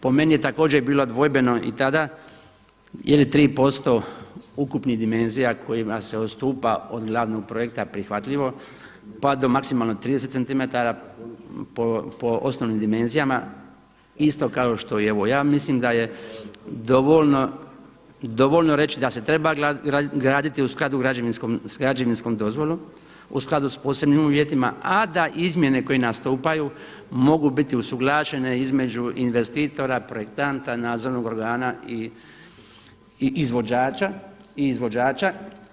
Po meni je također bilo dvojbeno i tada jer je 3% ukupnih dimenzija kojima se odstupa od glavnog projekta prihvatljivo, pa do maksimalno 30 cm po osnovnim dimenzijama isto kao što, evo ja mislim da je dovoljno reći da se treba graditi u skladu sa građevinskom dozvolom, u skladu sa posebnim uvjetima a da izmjene koje nastupaju mogu biti usuglašene između investitora, projektanta, nadzornog organa i izvođača.